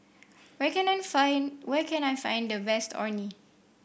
where can I find where can I find the best Orh Nee